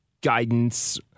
guidance